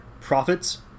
profits